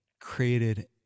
created